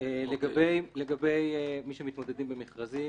לגבי מי שמתמודדים במכרזים,